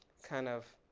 kind of,